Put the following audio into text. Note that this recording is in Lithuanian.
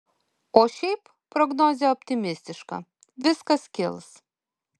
o šiaip prognozė optimistiška viskas kils